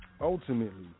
ultimately